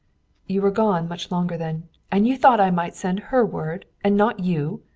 you were gone much longer than and you thought i might send her word, and not you!